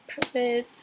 purses